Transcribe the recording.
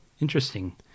Interesting